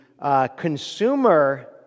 consumer